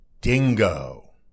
Dingo